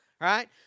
right